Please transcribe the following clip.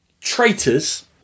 Traitors